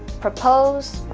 propose,